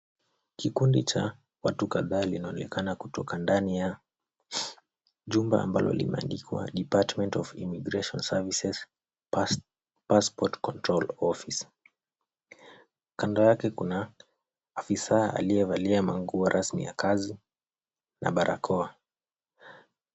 Kikundi cha watu kadhaa linaonekana kutoka ndani ya jumba ambalo limeandikwa Department of immigration services, passport control office . Kando yake kuna afisa aliyevalia manguo rasmi ya kazi na barakoa.